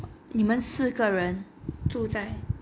你们四个人住在